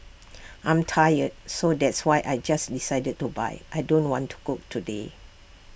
I'm tired so that's why I just decided to buy I don't want to cook today